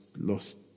lost